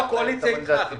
מה,